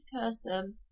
person